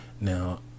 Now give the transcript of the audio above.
Now